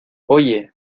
oye